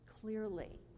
clearly